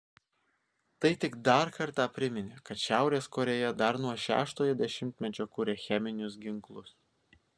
tai tik dar kartą priminė kad šiaurės korėja dar nuo šeštojo dešimtmečio kuria cheminius ginklus